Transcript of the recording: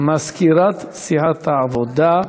מזכירת סיעת העבודה,